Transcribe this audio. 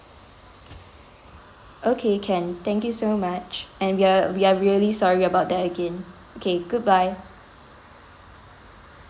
okay can thank you so much and we're we're really sorry about that again okay goodbye